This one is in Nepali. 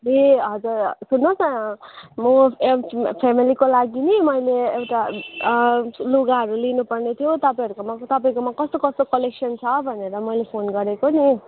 ए हजुर सुन्नुहोस् न म फेमिलीको लागि नि मैले एउटा लुगाहरू लिनु पर्ने थियो तपाईँहरूकोमा तपाईँकोमा कस्तो कस्तो कलेक्सन छ भनेर मैले फोन गरेको नि